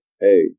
hey